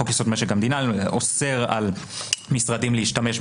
גם חוק יסוד משק המדינה אוסר על משרדים להשתמש,